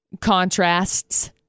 contrasts